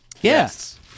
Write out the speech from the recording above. Yes